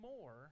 more